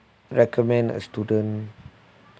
recommend a student